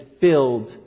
filled